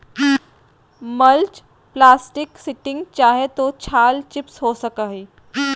mulch plastic sheeting चाहे तो छाल चिप्स हो सको हइ